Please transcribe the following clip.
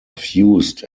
fused